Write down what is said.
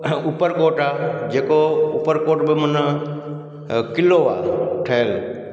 उपरकोट आहे जेको उपरकोट बि माना क़िलो आहे ठहियलु